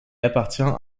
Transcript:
appartient